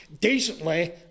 decently